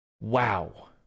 Wow